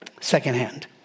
secondhand